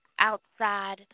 Outside